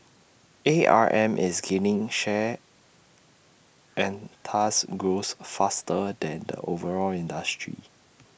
A R M is gaining share and thus grows faster than the overall industry